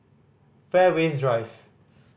Fairways Drive